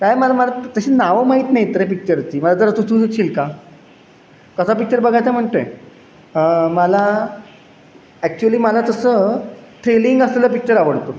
काय मला मला तशी नावं माहीत नाहीत रे पिच्चरची मला जर सुचवू शकशील का कसा पिच्चर बघायचा म्हणतो आहे मला ॲक्चुअली मला तसं थ्रिलिंग असलेलं पिक्चर आवडतो